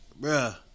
Bruh